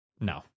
No